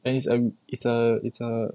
and it's a it's a it's a